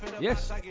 Yes